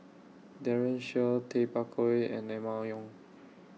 Daren Shiau Tay Bak Koi and Emma Yong